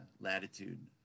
latitude